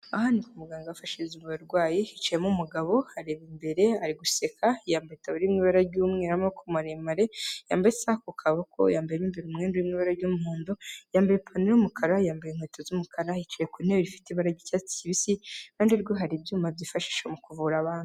Aha nik’umuganga ufasha abarwayi hicayemo umugabo areba imbere ari guseka yambaye itaburiya iri mu ibara ry’umweru y’amaboko maremare yambaye isaha ku kaboko yambaye yambaye n’undi mwenda uri mu ibara ry'umuhondo yambaye ipantaro y'umukara yambaye inkweto z'umukara yicaye ku ntebe ifite ibara ry'icyatsi kibisi iruhande rwe hari ibyuma byifashishwa mu kuvura abantu.